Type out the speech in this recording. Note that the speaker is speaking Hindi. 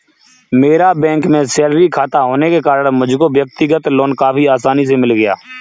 मेरा बैंक में सैलरी खाता होने के कारण मुझको व्यक्तिगत लोन काफी आसानी से मिल गया